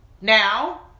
Now